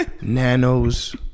nanos